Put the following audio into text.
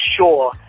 sure